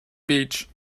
beach